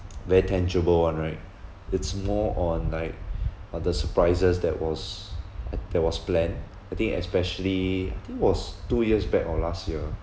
very tangible one right it's more on like uh the surprises that was uh that was planned I think especially I think it was two years back or last year